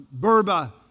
burba